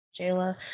Jayla